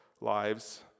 lives